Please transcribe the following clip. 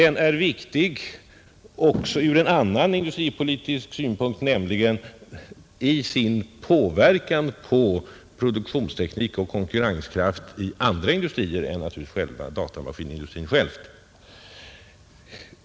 Den är viktig också ur en annan industripolitisk synpunkt, nämligen genom sin inverkan på produktionsteknik och konkurrenskraft i andra industrier än datamaskinindustrin själv.